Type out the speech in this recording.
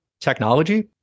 technology